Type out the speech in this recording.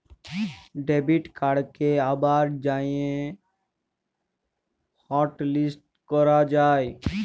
debit কাড়কে আবার যাঁয়ে হটলিস্ট ক্যরা যায়